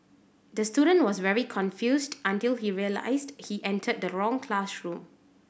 the student was very confused until he realised he entered the wrong classroom